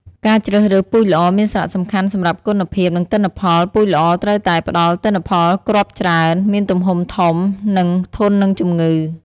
ការជ្រើសរើសពូជល្អមានសារៈសំខាន់សម្រាប់គុណភាព និងទិន្នផល ពូជល្អត្រូវតែ ផ្តល់ទិន្នផលគ្រាប់ច្រើន មានទំហំធំ និង ធន់នឹងជំងឺ។